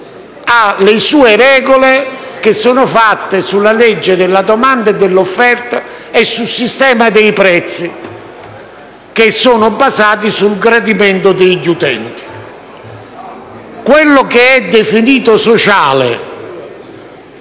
le loro regole, che si basano sulla legge della domanda e dell'offerta e sul sistema dei prezzi, che sono basati sul gradimento degli utenti. Quello che è definito sociale